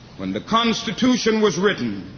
when the constitution was written,